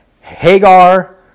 Hagar